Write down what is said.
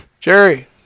Jerry